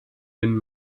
den